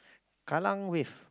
Kallang Wave